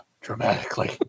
Dramatically